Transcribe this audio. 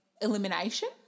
elimination